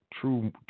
true